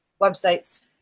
websites